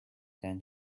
tan